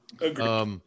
agreed